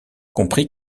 comprit